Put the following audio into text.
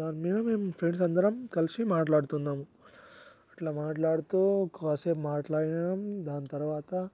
దానిమీద మేము ఫ్రెండ్స్ అందరం కలిసి మాట్లాడుతున్నాం అట్ల మాట్లాడుతూ కాసేపు మాట్లాడినం దాని తర్వాత